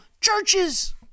churches